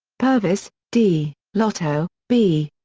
purves, d, lotto, b.